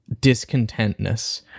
discontentness